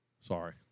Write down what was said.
Sorry